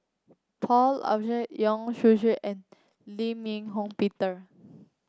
Paul Abishe Yong Shu Shoong and Lim Eng Hock Peter